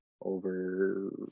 over